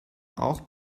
auch